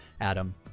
adam